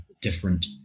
different